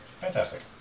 Fantastic